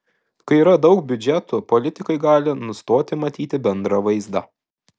kai yra daug biudžetų politikai gali nustoti matyti bendrą vaizdą